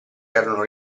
erano